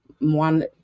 one